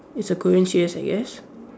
it's a Korean series I guess